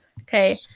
Okay